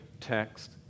text